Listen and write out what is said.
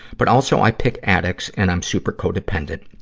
but also, i pick addicts and i'm super codependent.